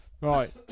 Right